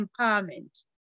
empowerment